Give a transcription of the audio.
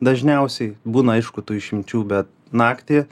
dažniausiai būna aišku tų išimčių bet naktį